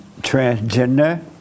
transgender